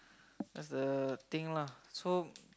that's the thing lah so